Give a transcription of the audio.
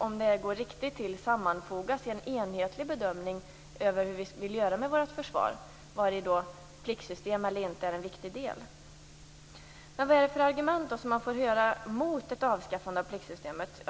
Om det går riktigt till skall detta helst sammanfogas i en enhetlig bedömning av hur vi vill göra med vårt försvar. Frågan om det skall vara pliktsystem eller inte är då en viktig del. Vad är det då för argument som man får höra mot ett avskaffande av pliktsystemet?